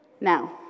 Now